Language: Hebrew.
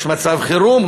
יש מצב חירום,